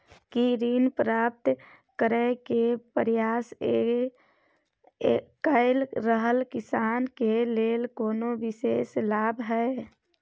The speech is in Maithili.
की ऋण प्राप्त करय के प्रयास कए रहल किसान के लेल कोनो विशेष लाभ हय?